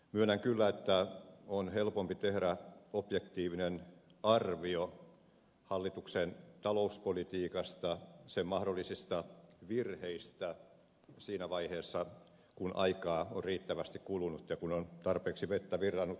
myönnän kyllä että on helpompi tehdä objektiivinen arvio hallituksen talouspolitiikasta sen mahdollisista virheistä siinä vaiheessa kun aikaa on riittävästi kulunut ja kun on tarpeeksi vettä virrannut tammerkoskesta